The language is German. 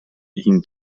ihn